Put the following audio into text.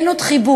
אין עוד חיבור